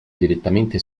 direttamente